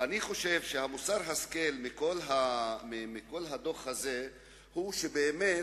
מוסר ההשכל מכל הדוח הזה הוא שבאמת,